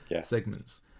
segments